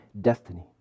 destiny